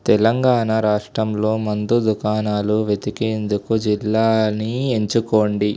తెలంగాణా రాష్ట్రంలో మందు దుకాణాలు వెతికేందుకు జిల్లాని ఎంచుకోండి